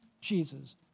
Jesus